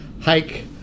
hike